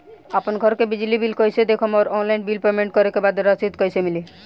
आपन घर के बिजली बिल कईसे देखम् और ऑनलाइन बिल पेमेंट करे के बाद रसीद कईसे मिली?